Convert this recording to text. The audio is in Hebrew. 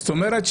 זאת אומרת,